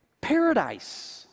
paradise